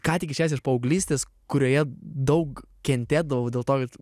ką tik išėjęs iš paauglystės kurioje daug kentėdavau dėl to kad